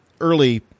early